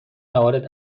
موارد